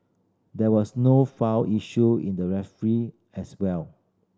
there was no foul issued in the referee as well